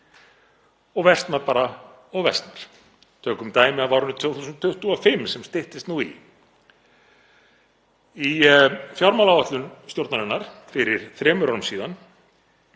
og versnar bara og versnar. Tökum dæmi af árinu 2025 sem styttist nú í. Í fjármálaáætlun ríkisstjórnarinnar fyrir þremur árum síðan